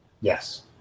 Yes